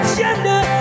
gender